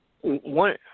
One